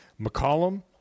McCollum